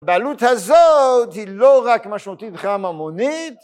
בעלות הזאת היא לא רק משמעותית מבחינה ממונית,